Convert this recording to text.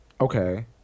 okay